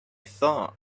thought